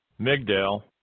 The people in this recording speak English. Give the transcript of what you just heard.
Migdal